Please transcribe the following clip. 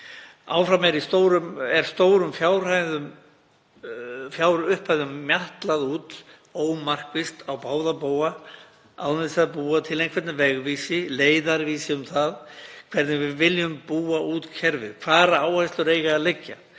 Áfram er stórum fjárupphæðum mjatlað út ómarkvisst á báða bóga án þess að búa til einhvern vegvísi, leiðarvísi um það hvernig við viljum búa út kerfið, hvar áherslur eigi að liggja,